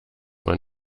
man